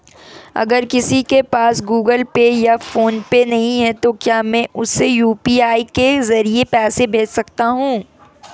अगर किसी के पास गूगल पे या फोनपे नहीं है तो क्या मैं उसे यू.पी.आई के ज़रिए पैसे भेज सकता हूं?